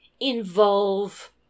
involve